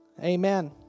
Amen